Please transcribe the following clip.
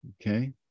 Okay